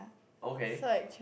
okay